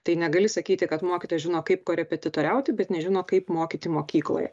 tai negali sakyti kad mokytojai žino kaip korepetitoriauti bet nežino kaip mokyti mokykloje